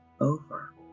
over